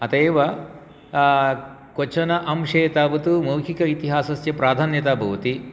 अतः एव क्वचन अंशे तावत् मौखिक इतिहासस्य प्राधान्यता भवति